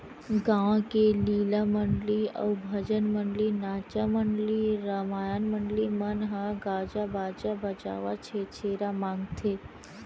गाँव के लीला मंडली अउ भजन मंडली, नाचा मंडली, रमायन मंडली मन ह गाजा बाजा बजावत छेरछेरा मागथे